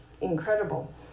incredible